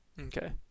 Okay